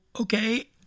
okay